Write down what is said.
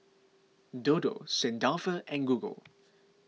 Dodo Saint Dalfour and Google